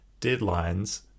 deadlines